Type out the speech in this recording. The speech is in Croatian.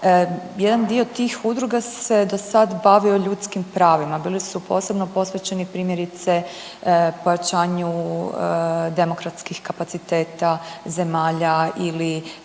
jedan dio tih udruga se do sada bavio ljudskim pravima. Bili su posebno posvećeni primjerice pojačanju demokratskih kapaciteta zemalja ili